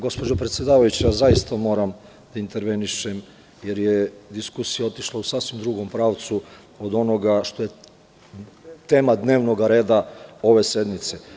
Gospođo predsedavajuća, zaista moram da intervenišem, jer je diskusija otišla u sasvim drugom pravcu od onoga što je tema dnevnog reda ove sednice.